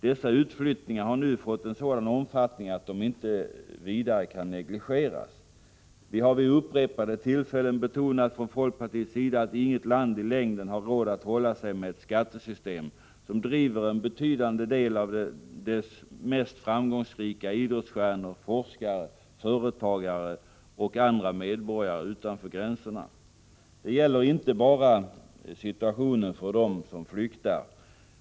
Dessa utflyttningar har nu fått en sådan omfattning att de inte kan negligeras. Vi har vid upprepade tillfällen från folkpartiets sida betonat att inget land i längden har råd att hålla sig med ett skattesystem som driver en betydande del av dess mest framgångsrika idrottsstjärnor, forskare, företagare och andra medborgare utanför gränserna. Det gäller inte bara situationen för dem som flyktar.